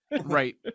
Right